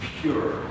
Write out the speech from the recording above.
pure